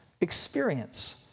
experience